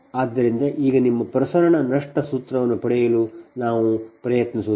ಆದ್ದರಿಂದ ಈಗ ನಿಮ್ಮ ಪ್ರಸರಣ ನಷ್ಟ ಸೂತ್ರವನ್ನು ಪಡೆಯಲು ನಾವು ಪ್ರಯತ್ನಿಸುತ್ತೇವೆ